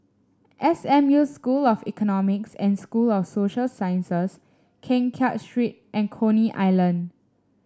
S M U School of Economics and School of Social Sciences Keng Kiat Street and Coney Island